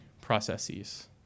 processes